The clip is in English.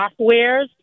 softwares